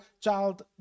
child